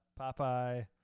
Popeye